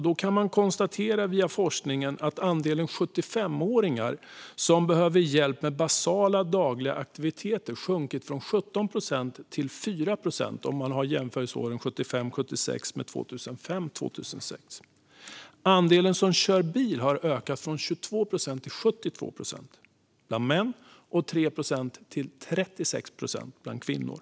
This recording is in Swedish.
Då kan man via forskningen konstatera att andelen 75-åringar som behöver hjälp med basala dagliga aktiviteter sjunkit från 17 procent till 4 procent om man jämför åren 1975-1976 med åren 2005-2006. Andelen som kör bil har ökat från 22 procent till 72 procent bland män och från 3 procent till 36 procent bland kvinnor.